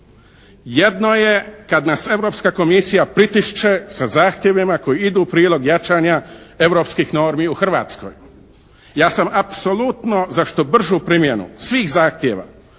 Jedno je kad nas Europska Komisije pritišće sa zahtjevima koji idu u prilog jačanja Europskih normi u Hrvatskoj. Ja sam apsolutno za što bržu primjenu svih zahtjeva,